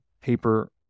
paper